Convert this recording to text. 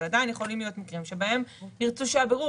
אבל עדיין יכולים להיות מקרים שבהם ירצו שהבירור